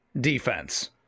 defense